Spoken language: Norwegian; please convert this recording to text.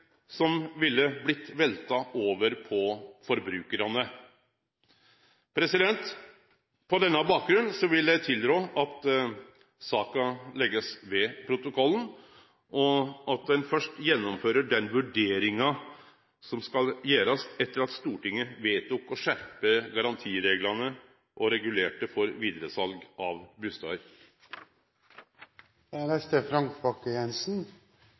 som ville blitt velta over på forbrukarane. På denne bakgrunn vil eg tilrå at saka leggjast ved protokollen, og at ein først gjennomfører den vurderinga som skal gjerast etter at Stortinget vedtok å skjerpe garantireglane og regulerte for vidaresal av